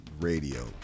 radio